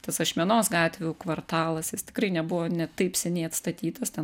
tas ašmenos gatvių kvartalas jis tikrai nebuvo ne taip seniai atstatytas ten